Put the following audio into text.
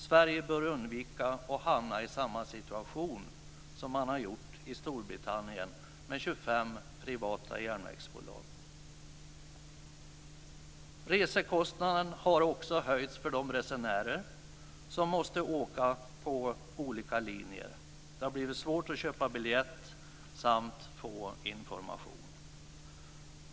Sverige bör undvika att hamna i samma situation som man har i Storbritannien, med 25 privata järnvägsbolag. Resekostnaden har också höjts för de resenärer som måste åka på olika linjer. Det har blivit svårt att köpa biljett samt att få information.